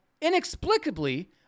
inexplicably